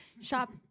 Shop